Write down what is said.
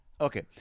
okay